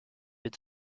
est